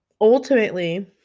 ultimately